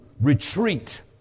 retreat